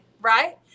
right